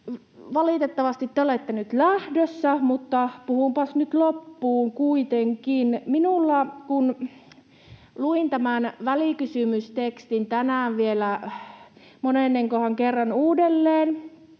Valitettavasti te olette nyt lähdössä, mutta puhunpas nyt loppuun kuitenkin. Kun luin tämän välikysymystekstin tänään vielä monennenkohan kerran uudelleen,